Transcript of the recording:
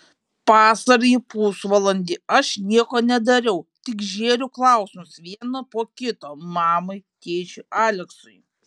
pastarąjį pusvalandį aš nieko nedariau tik žėriau klausimus vieną po kito mamai tėčiui aleksui